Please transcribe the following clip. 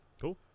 Cool